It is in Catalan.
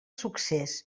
succés